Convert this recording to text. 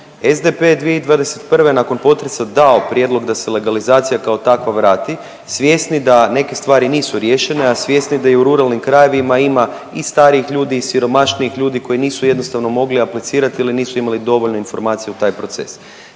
2021. nakon potresa dao prijedlog da se legalizacija kao takva vrati svjesni da neke stvari nisu riješene, a svjesni da i u ruralnim krajevima ima i starijih ljudi i siromašnijih ljudi koji nisu jednostavno mogli aplicirati ili nisu imali dovoljno informacija u taj proces,